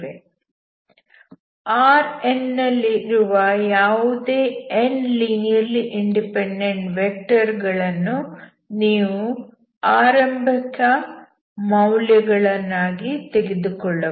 Rn ನಲ್ಲಿ ಇರುವ ಯಾವುದೇ n ಲೀನಿಯರ್ಲಿ ಇಂಡಿಪೆಂಡೆಂಟ್ ವೆಕ್ಟರ್ ಗಳನ್ನು ನೀವು ಆರಂಭಿಕ ಮೌಲ್ಯ ಗಳನ್ನಾಗಿ ತೆಗೆದುಕೊಳ್ಳಬಹುದು